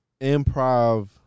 improv